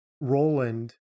Roland